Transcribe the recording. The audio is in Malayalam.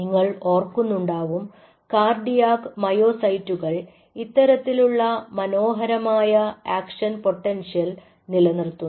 നിങ്ങൾ ഓർക്കുന്നുണ്ടാവും കാർഡിയാക് മയോസൈറ്റുകൾ ഇത്തരത്തിലുള്ള മനോഹരമായ ആക്ഷൻ പൊട്ടൻഷ്യൽ നിലനിർത്തുന്നത്